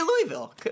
Louisville